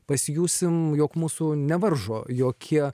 pasijusim jog mūsų nevaržo jokie